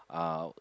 uh